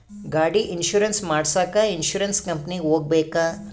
ಗಾಡಿ ಇನ್ಸುರೆನ್ಸ್ ಮಾಡಸಾಕ ಇನ್ಸುರೆನ್ಸ್ ಕಂಪನಿಗೆ ಹೋಗಬೇಕಾ?